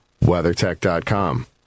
WeatherTech.com